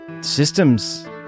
systems